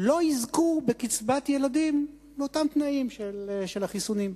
לא יזכו בקצבת ילדים באותם תנאים של החיסונים.